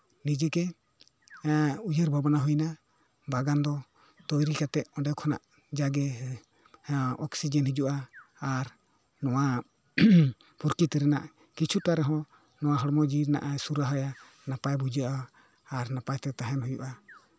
ᱱᱤᱡᱮᱜᱮ ᱩᱭᱦᱟᱹᱨ ᱵᱷᱟᱵᱽᱱᱟ ᱦᱩᱭ ᱱᱟ ᱵᱟᱜᱟᱱ ᱫᱚ ᱛᱳᱭᱨᱤ ᱠᱟᱛᱮᱜ ᱚᱸᱰᱮ ᱠᱷᱚᱱᱟᱜ ᱡᱟᱜᱮ ᱚᱠᱥᱤᱡᱮᱱ ᱦᱤᱡᱩᱜᱼᱟ ᱟᱨ ᱱᱚᱣᱟ ᱯᱨᱚᱠᱤᱛᱤ ᱨᱮᱱᱟᱜ ᱠᱤᱪᱷᱩᱴᱟ ᱨᱮᱦᱚᱸ ᱱᱚᱣᱟ ᱦᱚᱲᱢᱚ ᱡᱤᱣᱤ ᱨᱮᱱᱟᱜ ᱮ ᱥᱩᱨᱟᱦᱟᱭᱟ ᱱᱟᱯᱟᱭ ᱵᱩᱡᱷᱟᱹᱜᱼᱟ ᱟᱨ ᱱᱟᱯᱟᱭ ᱛᱮ ᱛᱟᱦᱮᱱ ᱦᱩᱭᱩᱜᱼᱟ